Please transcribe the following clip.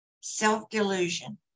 self-delusion